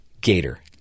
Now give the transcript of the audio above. Gator